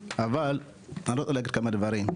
אבל אני רוצה להגיד כמה דברים.